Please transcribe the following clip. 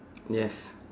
yes